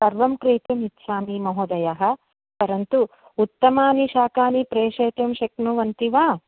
सर्वं क्रेतुम् इच्छामि महोदयः परन्तु उत्तमानि शाकानि प्रेषयितुं शक्नुवन्ति वा